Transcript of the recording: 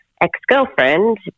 ex-girlfriend